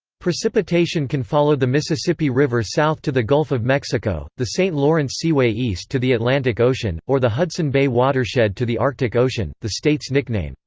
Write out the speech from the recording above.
precipitation can follow the mississippi river south to the gulf of mexico, the saint lawrence seaway east to the atlantic ocean, or the hudson bay watershed to the arctic ocean the state's nickname,